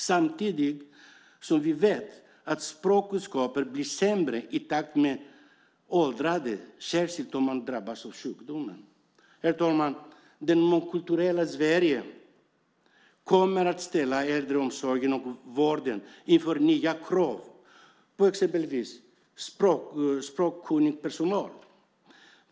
Samtidigt vet vi att språkkunskaperna försämras i takt med åldrandet, särskilt om man drabbas av sjukdom. Herr talman! Det mångkulturella Sverige kommer att ställa äldreomsorgen och vården inför nya krav på exempelvis språkkunnig personal.